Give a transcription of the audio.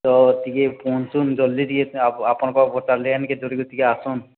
ତ ଟିକେ ପହଞ୍ଚନ୍ତୁ ଜଲ୍ଦି ଟିକେ ଆପଣଙ୍କ ଘୋଟା ଲେନ୍ କେ ଜରୁରୀ ଟିକେ ଆସନ୍ତୁ